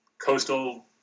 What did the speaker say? coastal